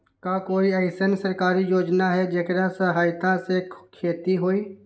का कोई अईसन सरकारी योजना है जेकरा सहायता से खेती होय?